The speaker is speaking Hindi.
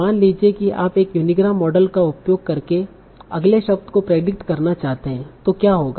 मान लीजिए कि आप एक यूनिग्राम मॉडल का उपयोग करके अगले शब्द को प्रेडिक्ट करना चाहते हैं तो क्या होगा